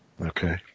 Okay